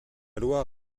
loi